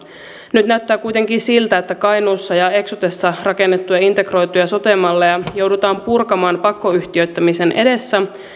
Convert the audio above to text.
nyt näyttää kuitenkin siltä että kainuussa ja eksotessa rakennettuja integroituja sote malleja joudutaan purkamaan pakkoyhtiöittämisen edessä